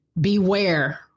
beware